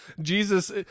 Jesus